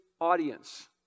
audience